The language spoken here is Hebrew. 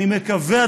אני מקווה,